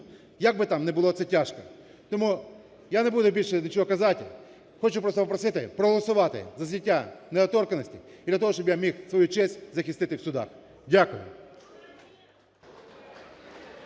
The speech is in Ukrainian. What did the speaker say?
як би там не було це тяжко. Тому я не буду більше нічого казати. Хочу просто попросити проголосувати за зняття недоторканності і для того, щоб я міг свою честь захистити в судах. Дякую.